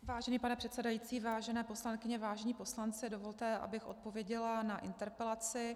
Vážený pane předsedající, vážené poslankyně, vážení poslanci, dovolte, abych odpověděla na interpelaci.